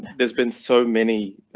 there's been so many,